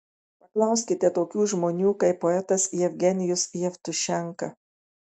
paklauskite tokių žmonių kaip poetas jevgenijus jevtušenka